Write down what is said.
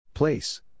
Place